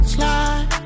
Slide